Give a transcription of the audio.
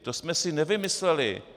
To jsme si nevymysleli.